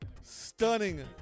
Stunning